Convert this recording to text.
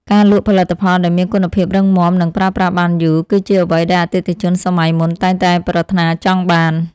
ការលក់ផលិតផលដែលមានគុណភាពរឹងមាំនិងប្រើប្រាស់បានយូរ គឺជាអ្វីដែលអតិថិជនសម័យមុនតែងតែប្រាថ្នាចង់បាន។